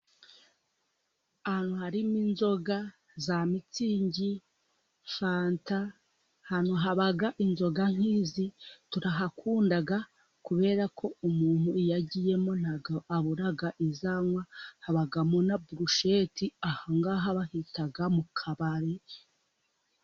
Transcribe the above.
Ahantu harimo inzoga za misyingi, fanta ahantu habaga inzo nk'izi turahakunda, kubera ko umuntu iyo agiyemo ntabwo abura izo anywa, habamo na burusheti aha bahita mu kabari.